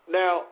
now